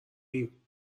ایم